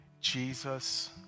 Jesus